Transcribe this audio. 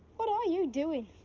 what are you doing?